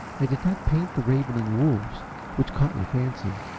i did not paint the ravening wolves which caught your fancy.